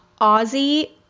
Ozzy